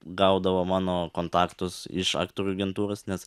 gaudavo mano kontaktus iš aktorių agentūros nes